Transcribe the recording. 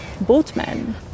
boatmen